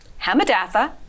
Hamadatha